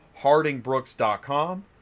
hardingbrooks.com